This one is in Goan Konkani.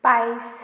पायस